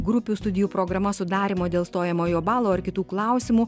grupių studijų programas sudarymo dėl stojamojo balo ar kitų klausimų